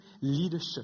leadership